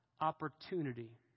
opportunity